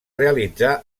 realitzà